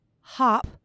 hop